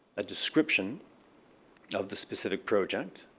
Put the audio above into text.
a description of the specific project.